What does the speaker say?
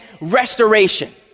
restoration